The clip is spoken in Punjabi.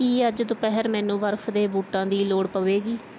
ਕੀ ਅੱਜ ਦੁਪਹਿਰ ਮੈਨੂੰ ਬਰਫ਼ ਦੇ ਬੂਟਾਂ ਦੀ ਲੋੜ ਪਵੇਗੀ